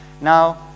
Now